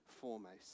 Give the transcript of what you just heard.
foremost